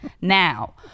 Now